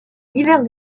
divers